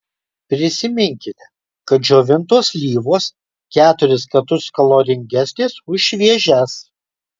prisiminkite kad džiovintos slyvos keturis kartus kaloringesnės už šviežias